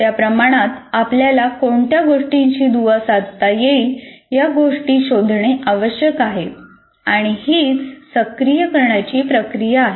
त्या प्रमाणात आपल्याला कोणत्या गोष्टींशी दुवा साधता येईल या गोष्टी शोधणे आवश्यक आहे आणि हीच सक्रिय करण्याची प्रक्रिया आहे